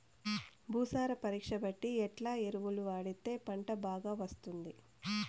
భూసార పరీక్ష బట్టి ఎట్లా ఎరువులు వాడితే పంట బాగా వస్తుంది?